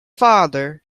father